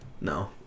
No